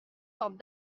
forme